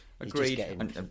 Agreed